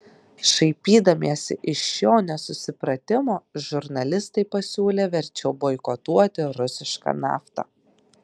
šaipydamiesi iš šio nesusipratimo žurnalistai pasiūlė verčiau boikotuoti rusišką naftą